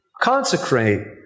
Consecrate